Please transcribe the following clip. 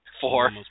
Four